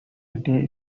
day